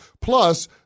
Plus